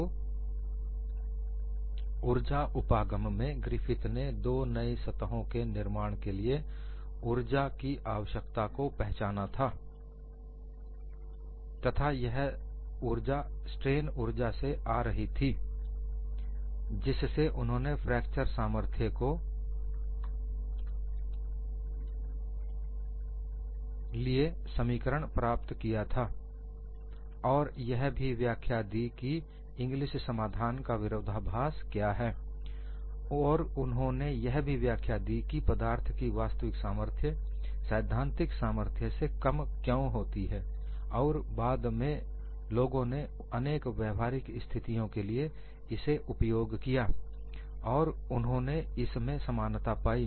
तो ऊर्जा उपागम में ग्रिफिथ ने दो नई सतहों के निर्माण के लिए ऊर्जा की आवश्यकता को पहचाना था तथा यह ऊर्जा स्ट्रेन ऊर्जा से आ रही थी जिससे उन्होंने फ्रैक्चर सामर्थ्य के लिए समीकरण प्राप्त किया और यह भी व्याख्या दी कि इंग्लिस समाधान का विरोधाभास क्या है और उन्होंने यह भी व्याख्या दी कि पदार्थ की वास्तविक सामर्थ्य सैद्धांतिक सामर्थ्य से कम क्यों होती है और बाद में लोगों ने अनेक व्यवहारिक स्थितियों के लिए इसे उपयोग किया और उन्होंने इस में समानता पाई